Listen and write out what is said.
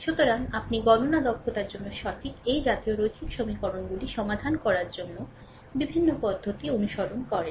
সুতরাং আপনি গণনা দক্ষতার জন্য সঠিক এই জাতীয় রৈখিক সমীকরণগুলি সমাধান করার জন্য বিভিন্ন পদ্ধতি অনুসরণ করেন